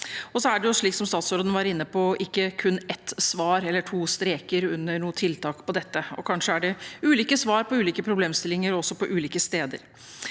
Så er det, slik statsråden var inne på, ikke kun ett svar eller to streker under noe tiltak på dette. Kanskje er det også ulike svar på ulike problemstillinger på ulike steder,